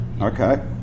okay